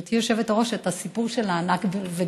גברתי היושבת-ראש, זה את הסיפור של הענק וגנו: